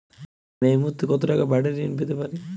আমি এই মুহূর্তে কত টাকা বাড়ীর ঋণ পেতে পারি?